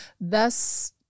Thus